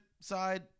side